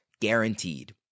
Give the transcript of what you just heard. guaranteed